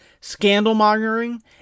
scandal-mongering